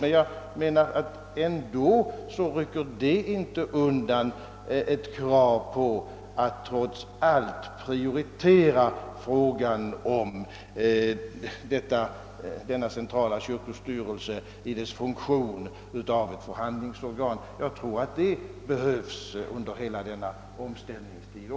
Detta eliminerar dock inte kravet på att frågan om den centrala kyrkostyrelsens funktion av ett förhandlingsorgan bör prioriteras. Också det behövs under hela omställningstiden.